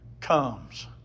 comes